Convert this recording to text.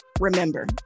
remember